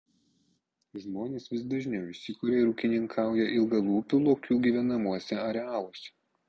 žmonės vis dažniau įsikuria ir ūkininkauja ilgalūpių lokių gyvenamuose arealuose